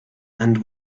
and